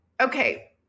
Okay